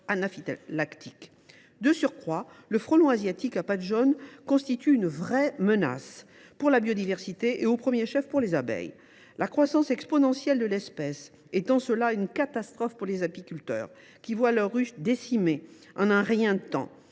allergique. Le frelon asiatique à pattes jaunes constitue de surcroît une véritable menace pour la biodiversité, au premier chef pour les abeilles. La croissance exponentielle de l’espèce est en cela une catastrophe pour les apiculteurs, qui voient leurs ruches décimées en un rien de temps.